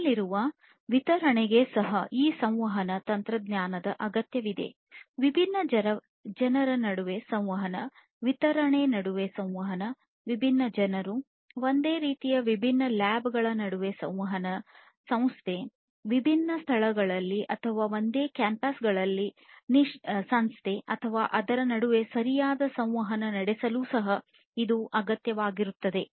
ನಮ್ಮಲ್ಲಿರುವ ವಿತರಣೆಗೆ ಸಹ ಈ ಸಂವಹನ ತಂತ್ರಜ್ಞಾನದ ಅಗತ್ಯವಿದೆ ವಿಭಿನ್ನ ಜನರ ನಡುವೆ ಸಂವಹನ ವಿತರಣೆ ನಡುವೆ ಸಂವಹನ ವಿಭಿನ್ನ ಜನರು ಒಂದೇ ರೀತಿಯ ವಿಭಿನ್ನ ಲ್ಯಾಬ್ಗಳ ನಡುವೆ ಸಂವಹನವನ್ನು ಸಂಸ್ಥೆ ವಿಭಿನ್ನ ಸ್ಥಳಗಳಲ್ಲಿ ಅಥವಾ ಒಂದೇ ಕ್ಯಾಂಪಸ್ ಗಳಲ್ಲಿ ಅಥವಾ ಅದರ ನಡುವೆ ಸರಿಯಾದ ಸಂವಹನ ನಡೆಸಲು ಸಹ ಇದು ಅಗತ್ಯವಾಗಿರುತ್ತದೆ